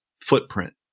footprint